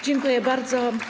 Dziękuję bardzo.